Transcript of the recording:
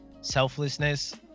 selflessness